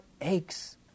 aches